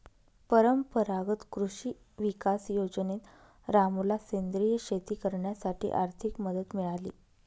परंपरागत कृषी विकास योजनेत रामूला सेंद्रिय शेती करण्यासाठी आर्थिक मदत मिळाली